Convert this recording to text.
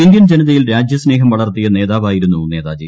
Indian ജനതയിൽ രാജ്യസ്നേഹം വളർത്തിയ നേതാവായിരുന്നു നേതാജി